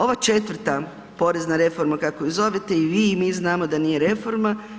Ova 4. porezna reforma kako ju zovete i vi i mi znamo da nije reforma.